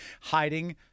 hiding